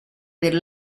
per